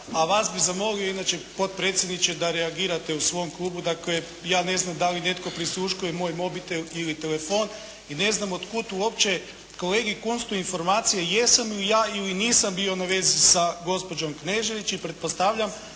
a vas bih zamolio inače potpredsjedniče da reagirate u svom Klubu. Dakle ja ne znam da li netko prisluškuje moj mobitel ili telefon i ne znam otkud uopće kolegi Kunstu informacija jesam li ja ili nisam bio na vezi sa gospođom Knežević. I pretpostavljam